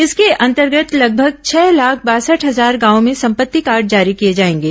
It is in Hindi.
इसके अंतर्गत लगभग छह लाख बासठ हजार गांवों में संपत्ति कार्ड जारी किये जायेंगे